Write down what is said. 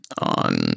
on